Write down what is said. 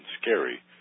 scary